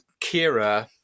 Kira